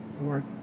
Lord